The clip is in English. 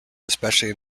especially